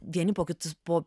vieni pokytis po